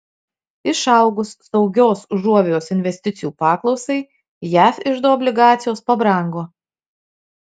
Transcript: išaugus saugios užuovėjos investicijų paklausai jav iždo obligacijos pabrango